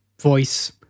voice